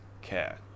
care